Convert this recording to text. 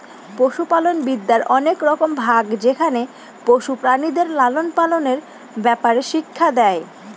পশুপালনবিদ্যার অনেক রকম ভাগ যেখানে পশু প্রাণীদের লালন পালনের ব্যাপারে শিক্ষা দেয়